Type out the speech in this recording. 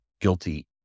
guilty